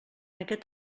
aquest